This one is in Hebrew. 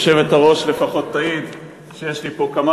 היושבת-ראש לפחות תעיד שיש לי פה כמה